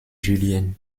julienne